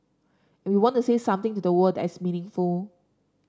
and we want to say something to the world that's meaningful